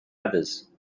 others